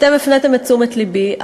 אתם הפניתם את תשומת לבי,